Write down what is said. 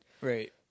Right